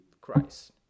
Christ